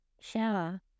shower